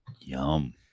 Yum